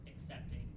accepting